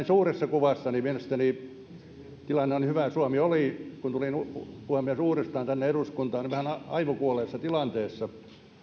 suuressa kuvassa mielestäni tilanne on hyvä suomi oli kun tulin puhemies uudestaan tänne eduskuntaan vähän aivokuolleessa tilanteessa